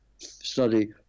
study